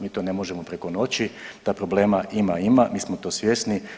Mi to ne možemo preko noći, da problema ima, ima, mi smo to svjesni.